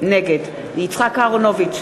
נגד יצחק אהרונוביץ,